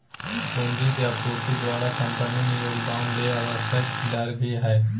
पूंजी के आपूर्ति द्वारा कंपनी में योगदान ले आवश्यक दर भी हइ